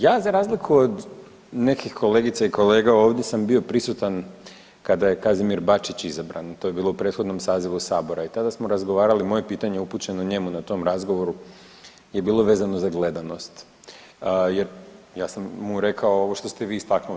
Ja za razliku od nekih kolegica i kolega ovdje samo bio prisutan kada je Kazimir Bačić izabran, to je bilo u prethodnom sazivu Sabora i tada smo razgovarali, moje pitanje je upućeno njemu na tom razgovoru i bilo je vezano za gledanost jer ja sam mu rekao ovo što ste vi istaknuli.